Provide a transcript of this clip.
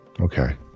Okay